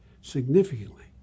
Significantly